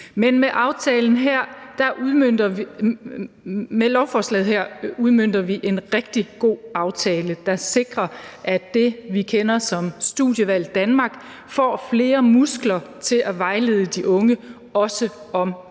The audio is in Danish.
Men med lovforslaget her udmønter vi en rigtig god aftale, der sikrer, at det, vi kender som Studievalg Danmark, får flere muskler til at vejlede de unge – også om